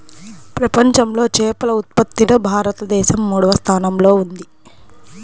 ప్రపంచంలో చేపల ఉత్పత్తిలో భారతదేశం మూడవ స్థానంలో ఉంది